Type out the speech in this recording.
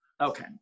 Okay